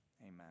Amen